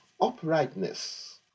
uprightness